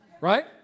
right